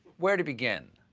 where to begin?